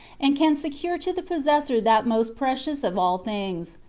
and can secure to the possessor that most precious of all things,